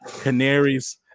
Canaries